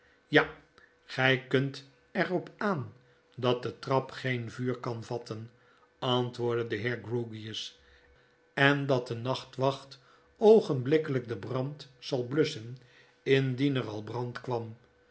ja gy v kunt er op aan dat de trap geen vuur kan vatten antwoordde de heer grewgious en dat de nachtwacht oogenblikkelyk den brand zal blusschen indien er al